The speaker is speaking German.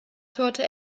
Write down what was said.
torte